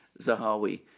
Zahawi